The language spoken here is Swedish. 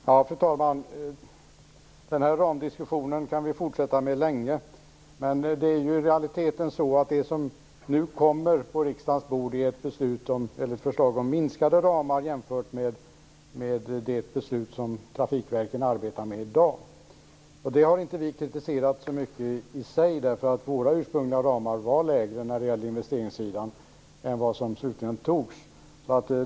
Fru talman! Den här ramdiskussionen kan vi fortsätta med länge. Men i realiteten är det som nu kommer på riksdagens bord ett förslag om minskade ramar jämfört med det beslut som trafikverken arbetar med i dag. Det har inte vi kritiserat så mycket i sig. Våra ursprungliga ramar var nämligen lägre när det gäller investeringssidan än vad som slutligen antogs.